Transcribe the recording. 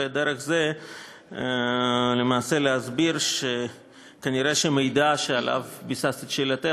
ודרך זה למעשה להסביר שכנראה המידע שעליו ביססת את שאלתך